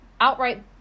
outright